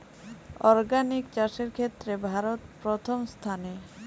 organic চাষের ক্ষেত্রে ভারত প্রথম স্থানে